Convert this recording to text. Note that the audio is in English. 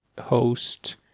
host